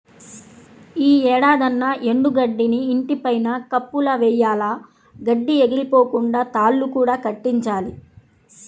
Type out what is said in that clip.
యీ ఏడాదన్నా ఎండు గడ్డిని ఇంటి పైన కప్పులా వెయ్యాల, గడ్డి ఎగిరిపోకుండా తాళ్ళు కూడా కట్టించాలి